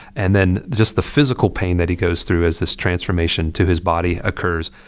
and then just the physical pain that he goes through as this transformation to his body occurs.